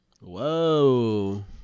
Whoa